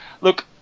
look